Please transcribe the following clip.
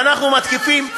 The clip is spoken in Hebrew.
ואנחנו מתקיפים,